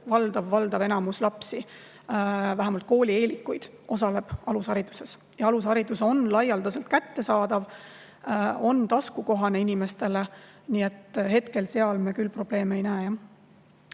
meie valdav enamus lapsi, vähemalt koolieelikuid, osaleb alushariduses. Ja alusharidus on laialdaselt kättesaadav, see on inimestele taskukohane, nii et hetkel seal me küll probleemi ei näe.